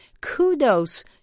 Kudos